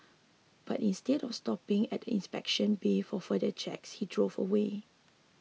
but instead of stopping at the inspection bay for further checks he drove away